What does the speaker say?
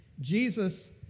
Jesus